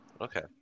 Okay